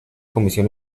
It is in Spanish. comisión